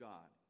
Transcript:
God